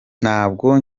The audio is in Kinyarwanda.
ntabwo